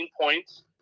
points